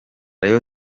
rayon